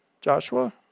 Joshua